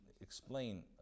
explain